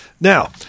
Now